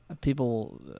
People